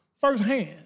firsthand